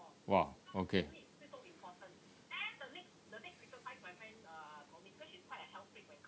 !wah! okay